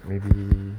maybe